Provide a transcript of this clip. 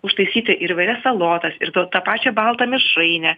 užtaisyti ir įvairias salotas ir ta tą pačią baltą mišrainę